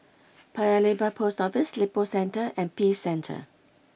Paya Lebar Post Office Lippo Centre and Peace Centre